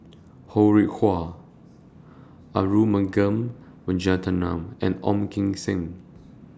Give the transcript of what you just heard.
Ho Rih Hwa Arumugam Vijiaratnam and Ong Kim Seng